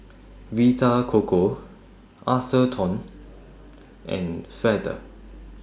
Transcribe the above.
Vita Coco Atherton and Feather